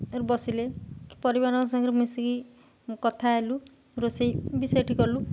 ବସିଲେ ପରିବାରଙ୍କ ସାଙ୍ଗରେ ମିଶିକି କଥା ହେଲୁ ରୋଷେଇ ବି ସେଇଠି କଲୁ